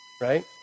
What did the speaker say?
right